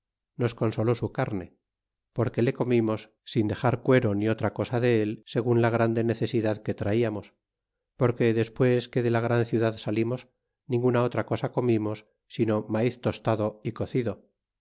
consoló su carne porque le comimos sin dexar cuero ni otra cosa de él segun la grande necesidad que traíamos porque despues que de la gran ciudad salirnos ninguna otra cosa comimos sino maiz tostado y cocido